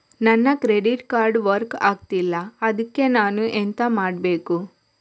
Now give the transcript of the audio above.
ನನ್ನ credit card work ಆಗ್ತಿಲ್ಲ ಅದ್ಕೆ ನಾನು ಎಂತ ಮಾಡಬೇಕು?